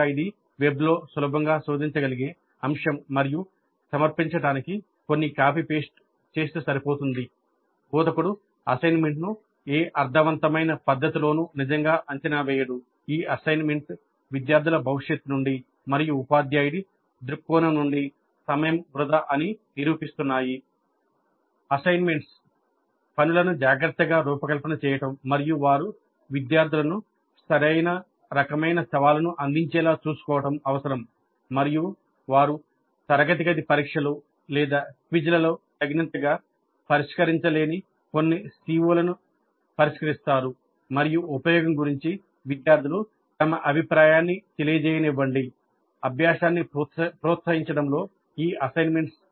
ప్రధానంగా ఇది వెబ్లో సులభంగా శోధించగలిగే అంశం మరియు సమర్పించడానికి కొన్ని కాపీ పేస్ట్ సరిపోతుంది బోధకుడు అసైన్మెంట్ను ఏ అర్ధవంతమైన పద్ధతిలోనూ నిజంగా అంచనా వేయడు ఈ అసైన్మెంట్assignments విద్యార్థుల భవిష్యత్ నుండి మరియు ఉపాధ్యాయుడి దృక్కోణం నుండి సమయం వృధా అని నిరూపిస్తున్నాయి